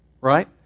Right